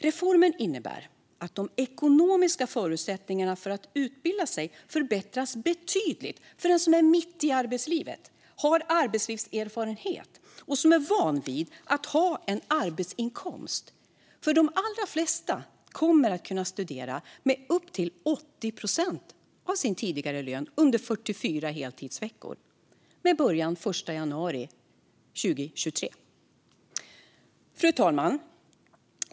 Reformen innebär att de ekonomiska förutsättningarna för att utbilda sig förbättras betydligt för den som är mitt i arbetslivet, har arbetslivserfarenhet och är van vid att ha en arbetsinkomst. De allra flesta kommer att kunna studera med upp till 80 procent av sin tidigare lön under 44 heltidsveckor med början den 1 januari 2023. Fru talman!